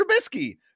Trubisky